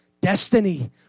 Destiny